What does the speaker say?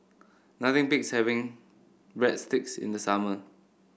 nothing beats having Breadsticks in the summer